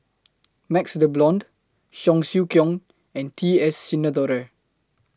MaxLe Blond Cheong Siew Keong and T S Sinnathuray